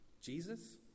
Jesus